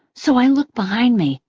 so i looked behind me.